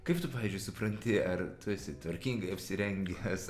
kaip tu pavyzdžiui supranti ar tu esi tvarkingai apsirengęs